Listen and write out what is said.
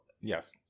Yes